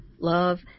love